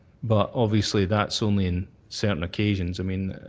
but obviously that's only in certain occasions. i mean,